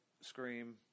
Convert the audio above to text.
Scream